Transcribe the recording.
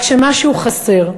רק שמשהו חסר.